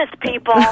people